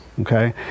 okay